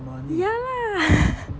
yeah lah